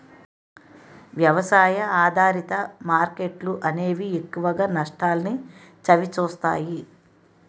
వ్యవసాయ ఆధారిత మార్కెట్లు అనేవి ఎక్కువగా నష్టాల్ని చవిచూస్తాయి